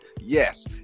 yes